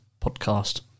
podcast